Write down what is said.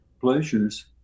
pleasures